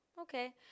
okay